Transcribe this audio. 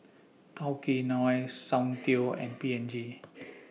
Tao Kae Noi Soundteoh and P and G